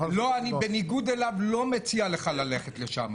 בניגוד אליו, אני לא מציע לך ללכת לשם.